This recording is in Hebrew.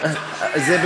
אני מבקש שתיים,